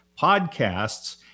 podcasts